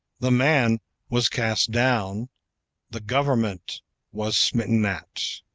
the man was cast down the government was smitten at.